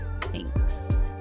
thanks